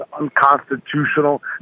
unconstitutional